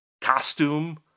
costume